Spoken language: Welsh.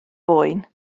boen